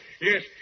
yes